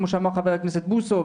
כמו שאמר ח"כ בוסו,